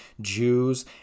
Jews